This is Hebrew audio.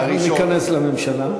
הראשון, שניכנס לממשלה.